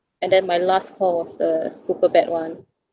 and then my last call was a super bad one